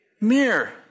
mirror